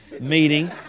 meeting